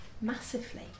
Massively